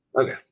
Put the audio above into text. Okay